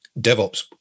DevOps